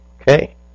Okay